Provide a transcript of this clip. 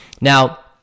Now